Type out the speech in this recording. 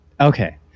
okay